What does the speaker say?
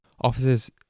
Officers